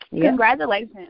congratulations